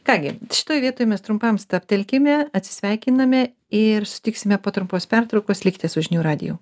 ką gi šitoj vietoj mes trumpam stabtelkime atsisveikiname ir susitiksime po trumpos pertraukos likite su žinių radiju